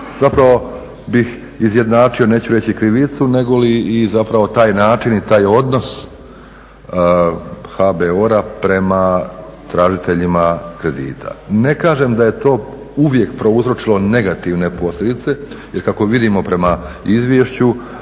Zapravo bih izjednačio neću reći krivicu nego i zapravo taj način i taj odnos HBOR-a prema tražiteljima kredita. Ne kažem da je to uvijek prouzročilo negativne posljedice jer kako vidimo prema izvješću